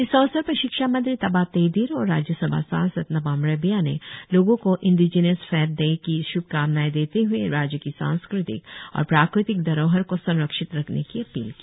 इस अवसर पर शिक्षा मंत्री ताबा तेदिर और राज्य सभा सांसद नाबम रिबिया ने लोगों को इंडिजिनस फेथ डे की श्भकामनाए देते हुए राज्य की सांस्कृतिक और प्राकृतिक धरोहर को संरक्षित रखने की अपील की